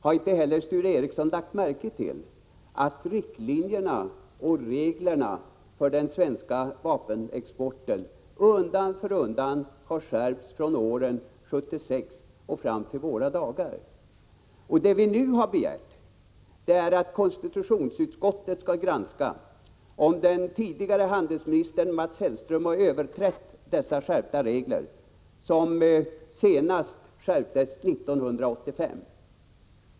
Har Sture Ericson inte heller lagt märke till att riktlinjerna och reglerna för den svenska vapenexporten undan för undan har skärpts från år 1976 fram till dessa dagar? Det vi nu har begärt är att konstitutionsutskottet skall granska om den tidigare utrikeshandelsministern har överträtt dessa skärpta regler, som senast skärptes 1985.